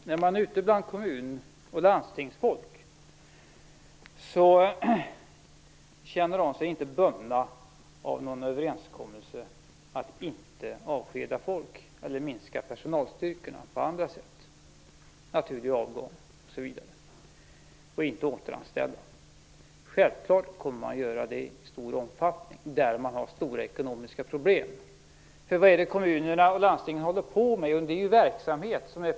Fru talman! När man är ute bland kommun och landstingspolitiker finner man att de inte känner sig bundna av någon överenskommelse om att inte avskeda folk eller om att inte minska personalstyrkorna genom att inte återanställa efter naturlig avgång osv. Självklart kommer man i stor omfattning att göra det där man har stora ekonomiska problem. Kommunerna och landstingen har en personalintensiv verksamhet.